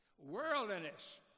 Worldliness